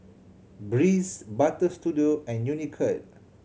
Breeze Butter Studio and Unicurd